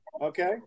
Okay